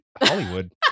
Hollywood